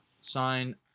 sign